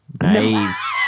Nice